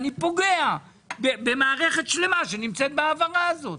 אני פוגע במערכת שלמה שנמצאת בהעברה הזאת.